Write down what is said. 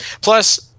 plus